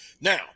Now